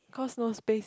cause no space